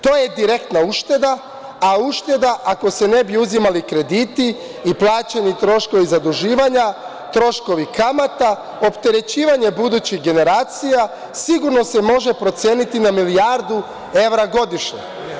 To je direktna ušteda, a ušteda ako se ne bi uzimali krediti i plaćali troškovi zaduživanja, troškovi kamata, opterećivanje budućih generacija, sigurno se može proceniti na milijardu evra godišnje.